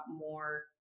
more